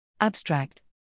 abstract